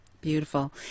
Beautiful